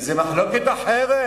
זאת מחלוקת אחרת,